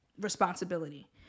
responsibility